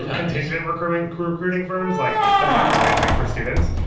contingent recruiting recruiting firms. like that's not really a thing for students.